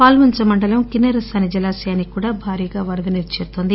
పాల్వంచ మండలం కిస్పె రసాని జలాశయానికి భారీగా వరదనీరు చేరుతోంది